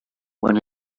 when